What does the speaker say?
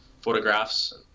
photographs